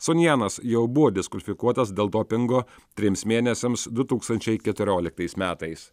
sun janas jau buvo diskvalifikuotas dėl dopingo trims mėnesiams du tūkstančiai keturioliktais metais